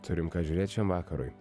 turim ką žiūrėt šiam vakarui